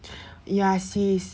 ya sis